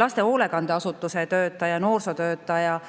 laste hoolekandeasutuse töötaja, noorsootöötaja,